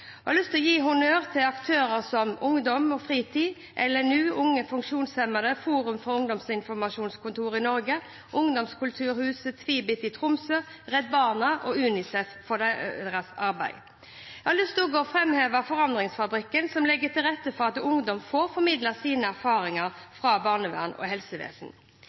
Jeg har lyst til å gi honnør til aktører som Ungdom og Fritid, LNU, Unge funksjonshemmede, Forum for ungdomsinformasjonskontoret i Norge, ungdomskulturhuset Tvibit i Tromsø, Redd Barna og UNICEF for deres arbeid. Jeg har også lyst til å framheve Forandringsfabrikken, som legger til rette for at ungdom får formidlet sine erfaringer fra barnevern og helsevesen.